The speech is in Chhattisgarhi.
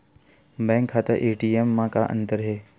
बैंक खाता ए.टी.एम मा का अंतर हे?